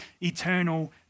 eternal